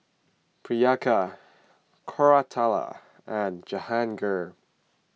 Priyanka Koratala and Jahangir